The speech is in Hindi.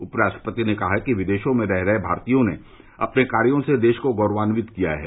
उपराष्ट्रपति ने कहा कि विदेशों में रह रहे भारतीयों ने अपने कार्यों से देश को गौरवान्वित किया है